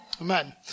Amen